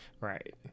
Right